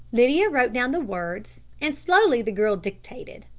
lydia wrote down the words and slowly the girl dictated.